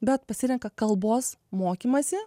bet pasirenka kalbos mokymąsi